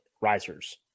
risers